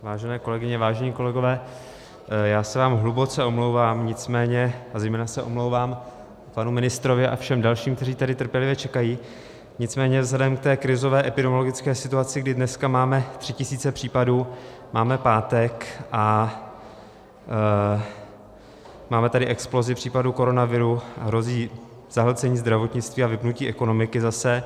Vážené kolegyně, vážení kolegové, já se vám hluboce omlouvám, a zejména se omlouvám panu ministrovi a všem dalším, kteří tady trpělivě čekají, nicméně vzhledem k té krizové epidemiologické situaci, kdy dneska máme tři tisíce případů, máme pátek a máme tady explozi případu koronaviru, hrozí zahlcení zdravotnictví a vypnutí ekonomiky zase.